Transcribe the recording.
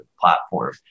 platform